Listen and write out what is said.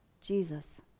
Jesus